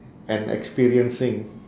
and experiencing